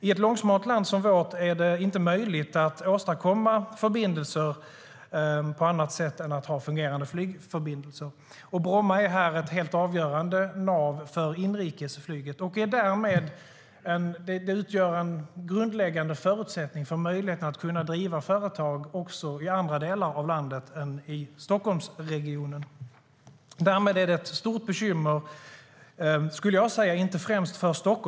I ett långsmalt land som vårt är det inte möjligt att åstadkomma förbindelser på annat sätt än genom att ha fungerande flygförbindelser. Bromma är ett helt avgörande nav för inrikesflyget och utgör därmed en grundläggande förutsättning för möjligheterna att driva företag också i andra delar av landet än Stockholmsregionen.Därmed är det ett stort bekymmer, skulle jag säga, inte främst för Stockholm.